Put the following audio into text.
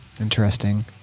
Interesting